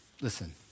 listen